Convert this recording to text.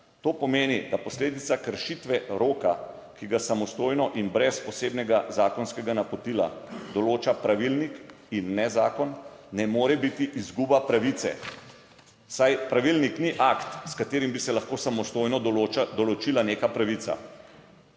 To pomeni, da posledica kršitve roka, ki ga samostojno in brez posebnega zakonskega napotila določa pravilnik in ne zakon, ne more biti izguba pravice, saj pravilnik ni akt, s katerim bi se lahko samostojno določila neka pravica.